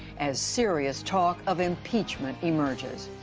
as serious talk of impeachment emerges.